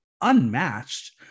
unmatched